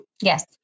yes